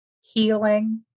healing